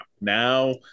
now